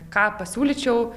ką pasiūlyčiau